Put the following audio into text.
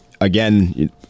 again